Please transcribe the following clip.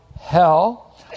hell